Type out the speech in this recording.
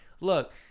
look